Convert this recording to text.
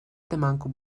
temanku